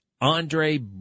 Andre